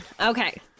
Okay